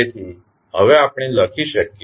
તેથી હવે આપણે લખી શકીએ